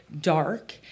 dark